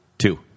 two